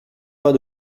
pas